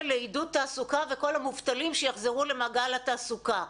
לעידוד תעסוקה וכל המובטלים שיחזרו למעגל התעסוקה.